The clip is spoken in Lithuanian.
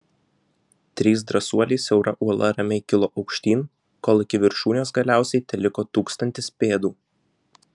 trys drąsuoliai siaura uola ramiai kilo aukštyn kol iki viršūnės galiausiai teliko tūkstantis pėdų